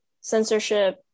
censorship